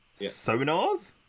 Sonars